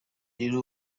rero